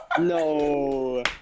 No